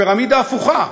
פירמידה הפוכה.